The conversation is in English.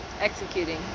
Executing